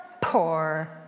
poor